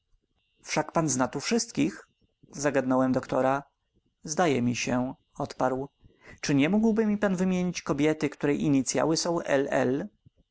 pan zna tu wszystkich zagadnąłem doktora zdaje mi się odparł czy nie mógłby mi pan wymienić kobiety której inicyały są